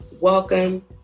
welcome